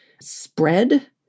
spread